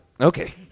Okay